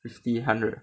fifty hundred